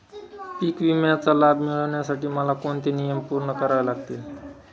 पीक विम्याचा लाभ मिळण्यासाठी मला कोणते नियम पूर्ण करावे लागतील?